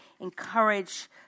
encourage